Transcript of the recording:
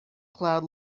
cloud